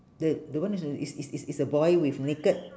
that that one is a is is is is a boy with naked